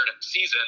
season